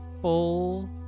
Full